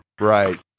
Right